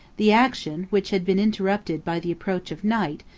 the action, which had been interrupted by the approach of night,